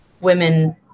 women